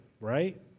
right